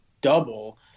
double